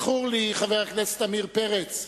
חבר הכנסת עמיר פרץ,